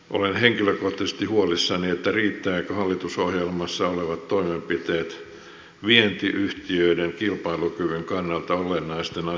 olen henkilökohtaisesti huolissani riittävätkö hallitusohjelmassa olevat toimenpiteet vientiyhtiöiden kilpailukyvyn kannalta olennaisten asioiden parantamiseen